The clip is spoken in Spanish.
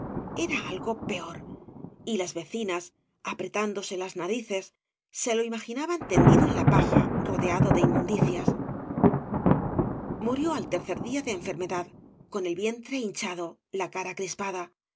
era algo peor y las vecinas apretándose las narices se lo imaginaban tendido en la paja rodeado de inmundicias murió al tercer día de enfermedad con el vientre hinchado la cara crispada